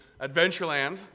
Adventureland